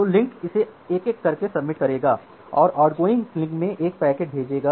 तो लिंक इसे एक एक करके सबमिट करेगा और आउटगोइंग लिंक में एक पैकेट भेजेगा